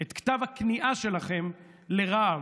את כתב הכניעה שלכם לרע"מ,